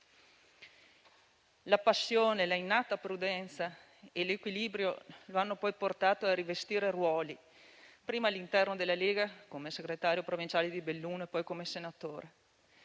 La passione, la innata prudenza e l'equilibrio lo hanno poi portato a rivestire ruoli prima all'interno della Lega, come segretario provinciale di Belluno, e poi come senatore.